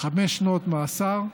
חמש שנות מאסר,